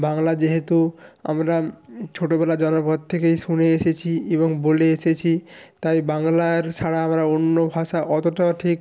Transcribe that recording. বাংলা যেহেতু আমরা ছোটোবেলা জন্মাবার পর থেকেই শুনে এসেছি এবং বলে এসেছি তাই বাংলার ছাড়া আমরা অন্য ভাষা অতোটা ঠিক